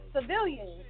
civilians